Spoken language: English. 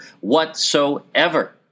whatsoever